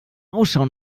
ausschau